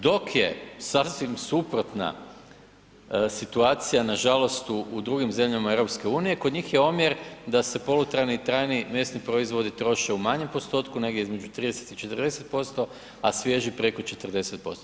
Dok je sasvim suprotna situacija nažalost u drugim zemljama EU, kod njih je omjer da se polutrajni i trajni mesni proizvodi troše u manjem postotku negdje između 30 i 40% a svježi preko 40%